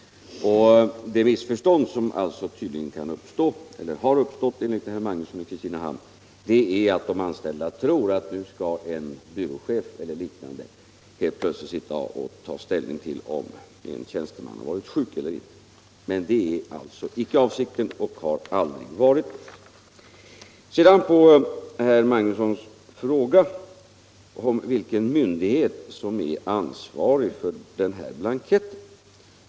De missförstånd som tydligen, enligt herr Magnusson i Kristinehamn, har uppstått är att de anställda tror att en byråchef nu helt plötsligt skall ta ställning till om en tjänsteman varit sjuk eller inte. Det är alltså icke avsikten och har aldrig varit det. Herr Magnusson frågar vilken myndighet som är ansvarig för den här blanketten.